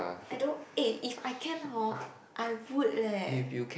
I don't eh if I can hor I would leh